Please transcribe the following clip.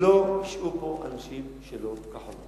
לא ישבו פה אנשים שלא כחוק.